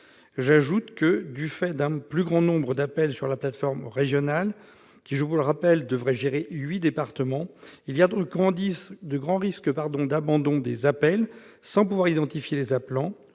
isolées. Du fait d'un plus grand nombre d'appels sur la plateforme régionale, qui, je vous le rappelle, devrait gérer huit départements, il y a de grands risques d'abandons d'appels sans pouvoir identifier les appelants